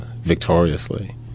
victoriously